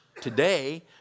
today